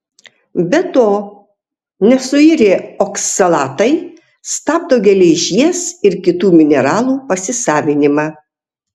be to nesuirę oksalatai stabdo geležies ir kitų mineralų pasisavinimą